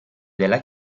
della